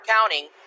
counting